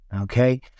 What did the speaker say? okay